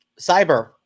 Cyber